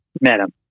Madam